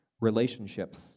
relationships